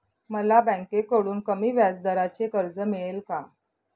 मला बँकेकडून कमी व्याजदराचे कर्ज मिळेल का?